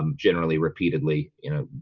um generally repeatedly, you know,